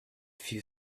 few